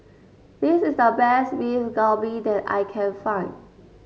this is the best Beef Galbi that I can find